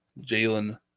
Jalen